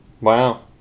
Wow